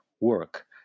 work